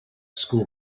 school